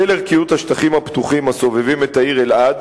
בשל ערכיות השטחים הפתוחים הסובבים את העיר אלעד,